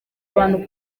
abantu